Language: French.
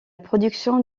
production